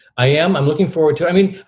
i am. i'm looking forward to i mean,